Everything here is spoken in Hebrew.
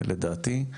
לדעתי,